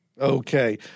Okay